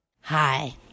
Hi